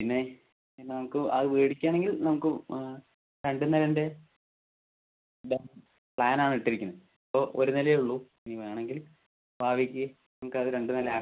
പിന്നെ നമുക്ക് അത് മേടിക്കുകയാണെങ്കിൽ നമുക്ക് രണ്ട് നിലേന്റെ ഇത് പ്ലാൻ ആണ് ഇട്ടിരിക്കുന്നത് ഇപ്പം ഒരു നിലയേ ഉള്ളൂ ഇനി വേണമെങ്കിൽ ഭാവിക്ക് നമുക്ക് അത് രണ്ട് നില ആക്കാം